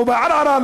לא בערערה,